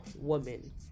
woman